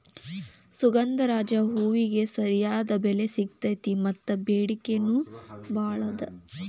ಸುಗಂಧರಾಜ ಹೂವಿಗೆ ಸರಿಯಾದ ಬೆಲೆ ಸಿಗತೈತಿ ಮತ್ತ ಬೆಡಿಕೆ ನೂ ಬಾಳ ಅದ